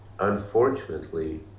Unfortunately